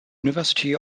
university